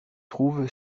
trouve